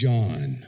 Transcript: John